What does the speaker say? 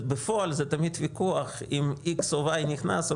בפועל זה תמיד ויכוח אם X או Y נכנס או